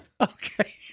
Okay